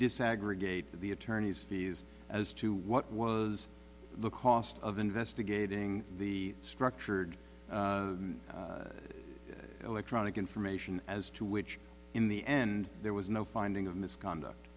disaggregate the attorneys fees as to what was the cost of investigating the structured electronic information as to which in the end there was no finding of misconduct